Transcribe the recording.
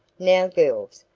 now, girls,